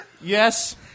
Yes